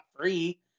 free